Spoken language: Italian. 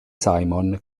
simon